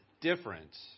difference